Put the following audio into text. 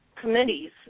committees